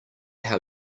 how